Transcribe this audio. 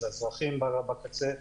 זה אזרחים בקצה,